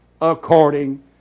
according